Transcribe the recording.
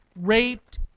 raped